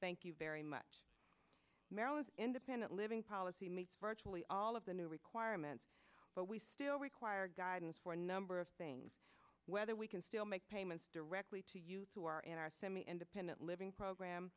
thank you very much maryland's independent living policy meets virtually all of the new requirements but we still require guidance for a number of things whether we can still make payments directly to you who are in our semi independent living program